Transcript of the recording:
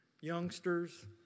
youngsters